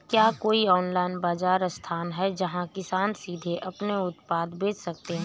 क्या कोई ऑनलाइन बाज़ार स्थान है जहाँ किसान सीधे अपने उत्पाद बेच सकते हैं?